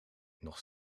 nog